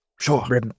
Sure